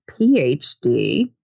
PhD